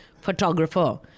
photographer